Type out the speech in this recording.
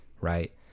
right